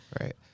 right